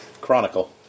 Chronicle